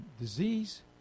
disease